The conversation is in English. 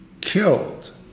killed